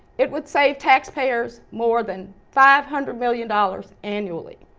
it would save taxpayers more than five hundred million dollars annually.